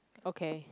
okay